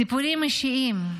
סיפורים אישיים.